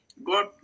God